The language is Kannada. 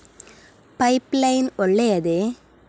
ಪೈಪ್ ಲೈನ್ ಒಳ್ಳೆಯದೇ?